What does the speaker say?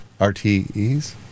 RTEs